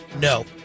No